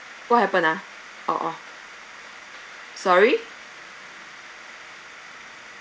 what happened ah oh oh sorry